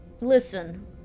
Listen